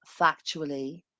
factually